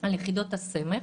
על יחידות סמך